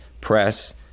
press